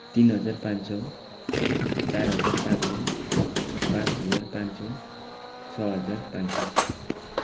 तिन हजार पाँच सौ चार हजार पाँच सौ पाँच हजार पाँच सौ छ हजार पाँच सौ